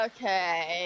Okay